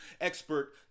expert